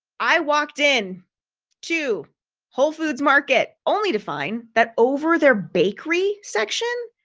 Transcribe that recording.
i walked in to whole foods market only to find that over their bakery section.